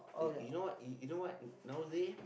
you know what you know what nowadays